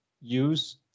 use